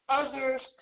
others